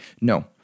no